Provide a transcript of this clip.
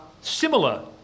similar